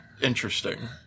interesting